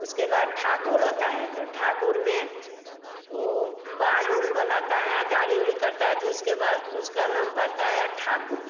उसके बाद ठाकुर होता है तो ठाकुर में वह बाल उल बनाता है दाढ़ी उढ़ी कटता है तो उसके बाद उसका नाम पड़ता है ठाकुर